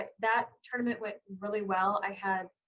that that tournament went really well. i had